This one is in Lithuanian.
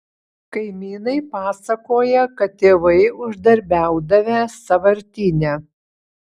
kaimynai pasakoja kad tėvai uždarbiaudavę sąvartyne